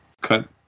cut